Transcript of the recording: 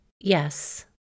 Yes